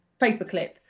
paperclip